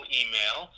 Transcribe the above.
email